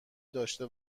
داشته